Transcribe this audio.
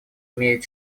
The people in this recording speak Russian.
имеют